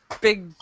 big